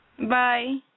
Bye